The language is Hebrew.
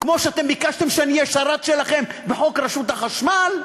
כמו שביקשתם שאהיה שרת שלכם בחוק רשות החשמל?